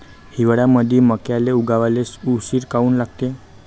हिवाळ्यामंदी मक्याले उगवाले उशीर काऊन लागते?